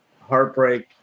heartbreak